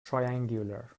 triangular